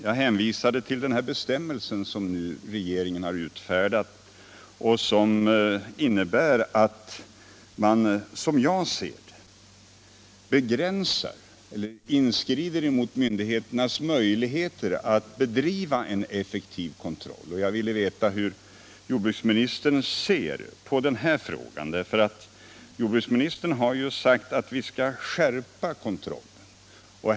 Jag hänvisade till den bestämmelse som regeringen nu har utfärdat och som innebär att man, som jag ser det, begränsar eller inskrider mot myndigheternas möjligheter att bedriva en effektiv kontroll. Jag ville veta hur jordbruksministern ser på denna sak. Jordbruksministern har ju sagt att vi skall skärpa kontrollen.